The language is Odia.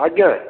ଆଜ୍ଞା